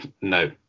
No